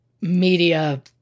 media